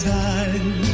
time